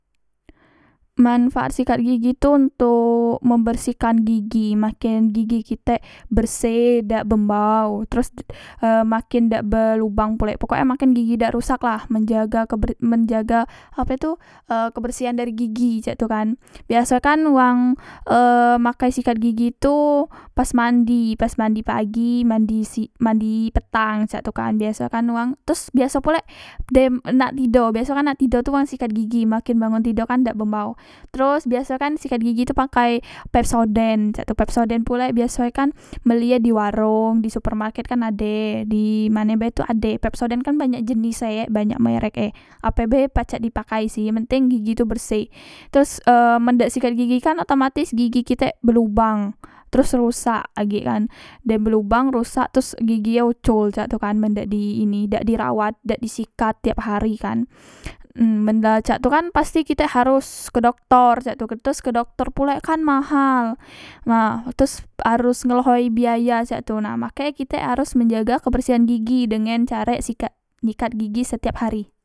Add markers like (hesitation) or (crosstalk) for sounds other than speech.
Manfaat sikat gigi tu ontok membersihkan gigi makin gigi kitek berseh dak embau teros e makin dak berlubang pulek pokok e makin dak rusak lah menjaga keber menjaga ape tu e kebersihan dari gigi cak tu kan biasoe kan wang e pakai sikat gigi tu pas mandi pas mandi pagi mandi si mandi petang cak tu kan biaso kan wang teros biaso pulek dem nak tido biasokan nak tido tu wang sekat gigi makin bangun tido kan dak embau teros biaso e kan sikat gigi tu pakai pepsodent cak tu pepsodent pulek biasoe kan belie diwarong di supermarket kan ade di mane be tu ade pepsodent kan banyak jenis e e banyak merke ape be pacak dipakai sih yang penteng gigi tu berseh teros e men dak sikat gigi kan otomatis gigi kitek belubang terus rusak agekkan dem belubang rusak terus gigie ucol cak tu kan men dak di ini dak dirawat dak di sikat tiap hari kan (hesitation) men la cak tukan pasti kitek haros ke doktor cek tu teros kedoktor pulek kan mahal nah otos haros ngelehoi biaya na cak tu make kitek harus menjaga kebersihan gigi dengen carek sikat nyikat gigi setiap hari